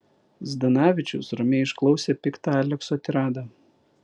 zdanavičius ramiai išklausė piktą alekso tiradą